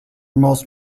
most